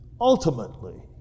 ultimately